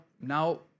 now